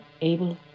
able